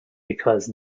because